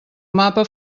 mapa